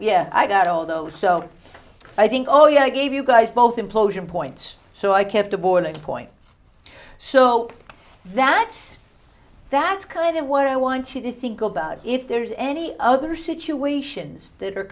yeah i got all those so i think oh yeah i gave you guys both implosion points so i kept a boiling point so that's that's kind of what i want you to think about if there is any other situations that are